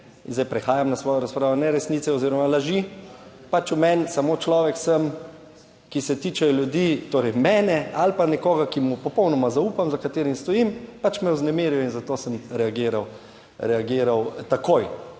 in zdaj prehajam na svojo razpravo, neresnice oziroma laži pač v meni, samo človek sem, ki se tičejo ljudi, torej mene ali pa nekoga, ki mu popolnoma zaupam za katerim stojim, pač me je vznemiril in zato sem reagiral.